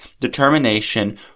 determination